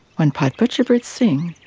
when pied butcherbirds sing,